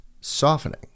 softening